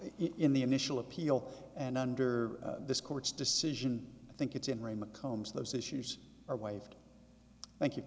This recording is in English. in the initial appeal and under this court's decision i think it's in rema combs those issues are waived thank you